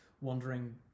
wondering